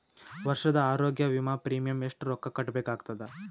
ವರ್ಷದ ಆರೋಗ್ಯ ವಿಮಾ ಪ್ರೀಮಿಯಂ ಎಷ್ಟ ರೊಕ್ಕ ಕಟ್ಟಬೇಕಾಗತದ?